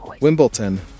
Wimbledon